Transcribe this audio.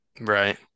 Right